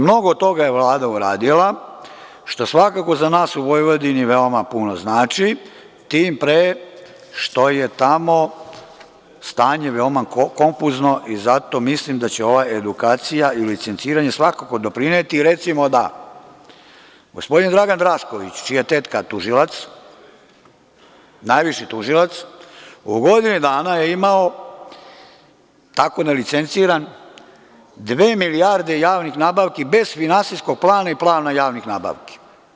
Mnogo toga je Vlada uradila, što je svakako za nas u Vojvodini puno znači, tim pre, što je tamo stanje veoma konfuzno i zato mislim da će ova edukacija i licenciranje svakako doprineti recimo da, gospodin Dragan Drašković, čija je tetka tužilac, najviši tužilac, u godinu dana je imao tako nelicenciran, dve milijarde javnih nabavki bez finansijskog plana i plana javnih nabavki.